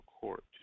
court